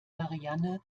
marianne